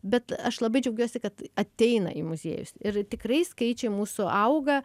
bet aš labai džiaugiuosi kad ateina į muziejus ir tikrai skaičiai mūsų auga